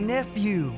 nephew